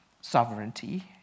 sovereignty